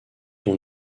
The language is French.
dont